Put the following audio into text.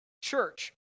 church